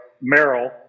Merrill